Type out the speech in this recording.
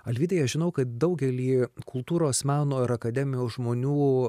alvydai aš žinau kad daugelį kultūros mano ir akademijos žmonių